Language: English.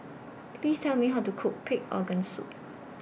Please Tell Me How to Cook Pig'S Organ Soup